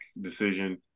decision